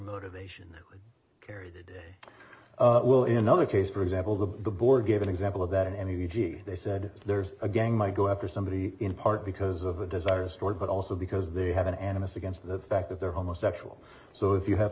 motivation kerry will in another case for example the board give an example of that in any b g they said there's a gang might go after somebody in part because of a desire stored but also because they have an animus against the fact that they're homosexual so if you have